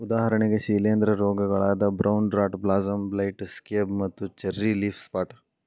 ಉದಾಹರಣೆಗೆ ಶಿಲೇಂಧ್ರ ರೋಗಗಳಾದ brown rot blossom blight, scab ಮತ್ತು ಚೆರ್ರಿ ಲೇಫ್ ಸ್ಪಾಟ್